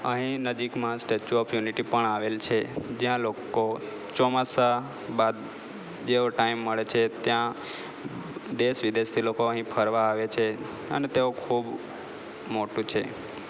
અહીં નજીકમાં Statue of Unity પણ આવેલ છે જ્યાં લોકો ચોમાસા બાદ જેવો ટાઈમ મળે છે ત્યાં દેશ વિદેશથી લોકો અહીં ફરવા આવે છે અને તેઓ ખૂબ મોટું છે